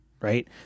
right